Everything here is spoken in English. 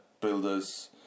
builders